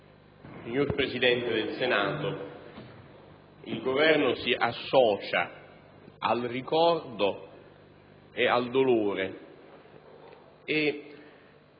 Signor Presidente del Senato, il Governo si associa al ricordo e al dolore.